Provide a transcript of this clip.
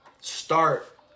start